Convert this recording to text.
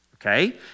okay